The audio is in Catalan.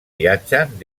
viatgen